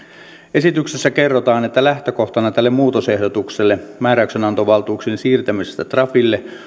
esityksessä kerrotaan että lähtökohtana tälle muutosehdotukselle määräyksenantovaltuuksien siirtämisestä trafille